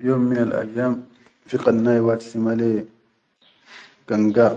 Fi yom minal ayyam fi qannai wahid sima le ganga